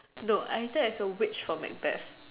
no I acted as a witch from Macbeth